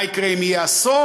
מה יקרה אם יהיה אסון?